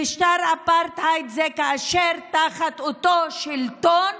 משטר אפרטהייד זה כאשר תחת אותו שלטון